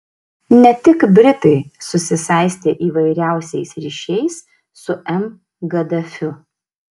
ne tik britai susisaistė įvairiausiais ryšiais su m gaddafiu